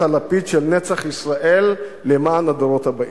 הלפיד של נצח ישראל למען הדורות הבאים.